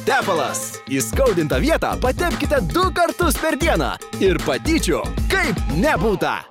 tepalas įskaudintą vietą patepkite du kartus per dieną ir dydžio kaip nebūta